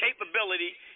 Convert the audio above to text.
capability